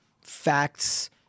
facts